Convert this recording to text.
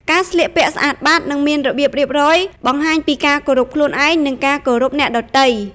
ការស្លៀកពាក់ស្អាតបាត និងមានរបៀបរៀបរយបង្ហាញពីការគោរពខ្លួនឯង និងការគោរពអ្នកដទៃ។